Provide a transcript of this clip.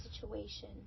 situation